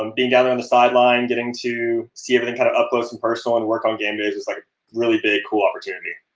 um being out on the sideline, getting to see everything kind of up-close-and-personal and work on game day. just like really big cool opportunity.